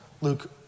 Luke